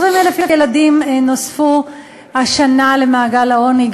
20,000 ילדים נוספו השנה למעגל העוני,